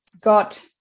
got